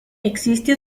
existe